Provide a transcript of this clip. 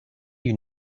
you